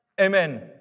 Amen